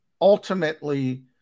ultimately